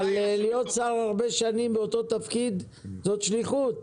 אבל להיות שר הרבה שנים באותו תפקיד זאת שליחות,